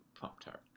Pop-Tart